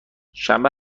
شنبه